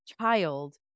child